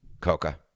Coca